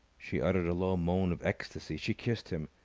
she uttered a low moan of ecstasy. she kissed him.